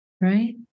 right